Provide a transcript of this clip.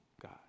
God